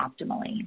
optimally